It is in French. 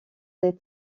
les